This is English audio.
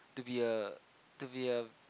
to be a to be a